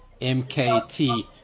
MKT